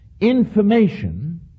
information